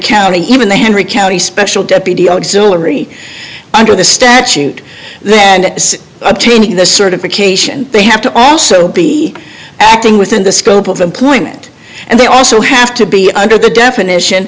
county even the henry county special deputy auxilary under the statute and obtaining the certification they have to ask to be acting within the scope of employment and they also have to be under the definition